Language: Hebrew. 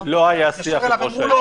משרד הבריאות ופיקוד העורף.